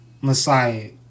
Messiah